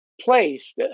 place